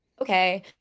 okay